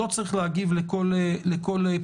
לא צריך להגיב לכל פרובוקציה